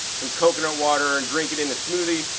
some coconut water and drink it in a smoothie.